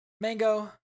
Mango